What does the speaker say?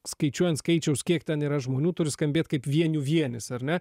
skaičiuojant skaičiaus kiek ten yra žmonių turi skambėt kaip vienių vienis ar ne